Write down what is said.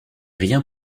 rien